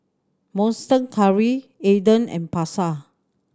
Monster Curry Aden and Pasar